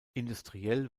industriell